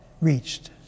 reached